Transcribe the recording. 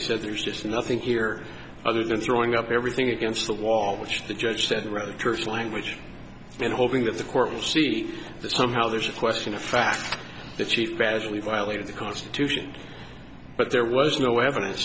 sensibly said there's just nothing here other than throwing up everything against the wall which the judge said rather terse language and hoping that the court will see that somehow there's a question of fact the chief vastly violated the constitution but there was no evidence